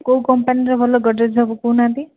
କେଉଁ କମ୍ପାନୀର ଭଲ ଗଡ଼୍ରେଜ୍ ହେବ କହୁନାହାଁନ୍ତି